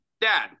Dad